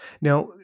Now